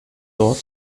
dort